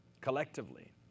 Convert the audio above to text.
collectively